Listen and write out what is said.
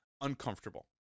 uncomfortable